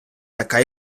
така